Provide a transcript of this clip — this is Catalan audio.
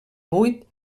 buit